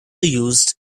used